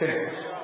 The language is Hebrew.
אוקיי.